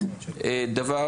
דבר